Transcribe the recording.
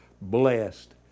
blessed